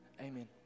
Amen